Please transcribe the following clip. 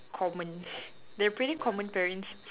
common they're pretty common parents